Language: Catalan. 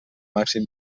màxim